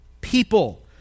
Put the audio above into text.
people